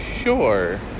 sure